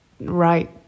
right